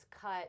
cut